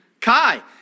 Kai